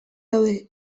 daude